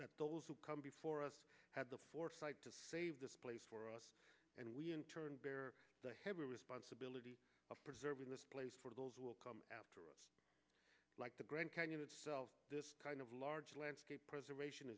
that those who come before us have the foresight to save this place for us and we in turn bear the heavy responsibility of preserving this place for those who will come after us like the grand canyon itself this kind of large landscape preservation